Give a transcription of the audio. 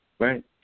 Right